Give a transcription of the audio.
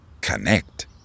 connect